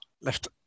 left